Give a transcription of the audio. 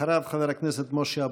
אחריו, חבר הכנסת משה אבוטבול.